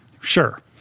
Sure